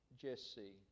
Jesse